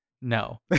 No